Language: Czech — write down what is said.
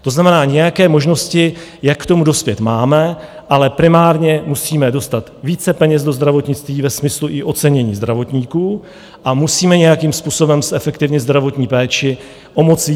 To znamená, nějaké možnosti, jak k tomu dospět, máme, ale primárně musíme dostat více peněz do zdravotnictví ve smyslu i ocenění zdravotníků a musíme nějakým způsobem zefektivnit zdravotní péči.